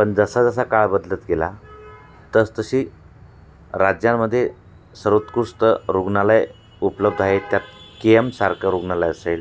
पण जसा जसा काळ बदलत गेला तसतशी राज्यांमध्ये सर्वोत्कुष्ट रुग्णालयं उपलब्ध आहे त्यात के एमसारखं रुग्णालय असेल